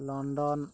London